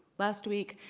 last week,